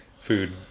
food